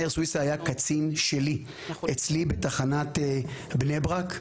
מאיר סוויסה היה קצין שלי, אצלי בתחנת בני ברק.